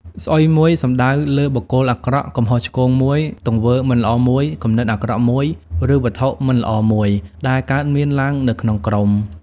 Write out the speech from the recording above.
ស្អុយមួយ សំដៅទៅលើ បុគ្គលអាក្រក់ កំហុសឆ្គងមួយ ទង្វើមិនល្អមួយ គំនិតអាក្រក់មួយ ឬ វត្ថុមិនល្អមួយ ដែលកើតមានឡើងនៅក្នុងក្រុម។